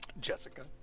Jessica